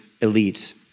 elite